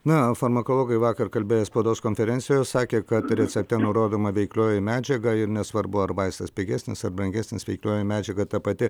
nao farmakologai vakar kalbėję spaudos konferencijoje sakė kad recepte nurodoma veiklioji medžiaga ir nesvarbu ar vaistas pigesnis ar brangesnis veiklioji medžiaga ta pati